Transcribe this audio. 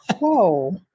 whoa